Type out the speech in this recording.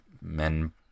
men